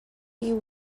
you